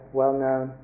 well-known